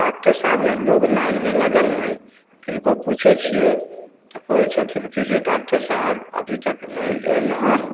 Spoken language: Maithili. डॉक्टर साहबलए लोक लाइनमे लागल हइ किनको पूछै छिए तऽ कहै छथिन कि जे डॉक्टर साहब अभी तक नहि आएल हन